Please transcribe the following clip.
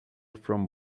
from